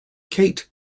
kate